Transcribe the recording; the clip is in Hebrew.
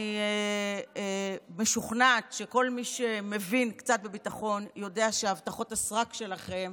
אני משוכנעת שכל מי שמבין קצת בביטחון יודע שהבטחות הסרק שלכם